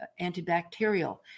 antibacterial